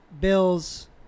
Bills